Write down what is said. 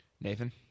Nathan